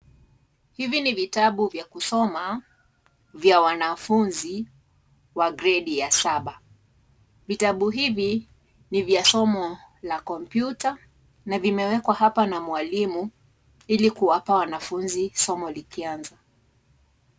Hivi ni vitabu vya kusoma vya wanafunzi wa gredi wa saba , vitabu hivi ni vya somo la kompyuta na vimewekwa hapa na mwalimu ili kuwapa wanafunzi somo likianza.